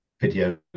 video